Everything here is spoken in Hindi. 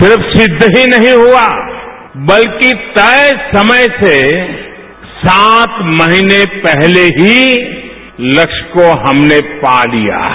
सिर्फ सिद्ध ही नहीं हुआ बल्कि तय समय से सात महीने पहले ही लक्ष्य को हमने पा लिया है